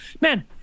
man